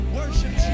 worship